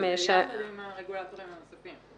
זה יחד עם הרגולטורים הנוספים.